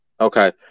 okay